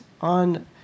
on